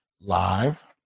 live